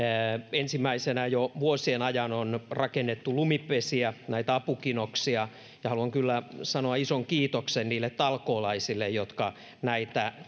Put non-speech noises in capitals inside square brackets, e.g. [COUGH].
ensimmäisenä jo vuosien ajan on rakennettu lumipesiä apukinoksia ja haluan kyllä sanoa ison kiitoksen niille talkoolaisille jotka näitä [UNINTELLIGIBLE]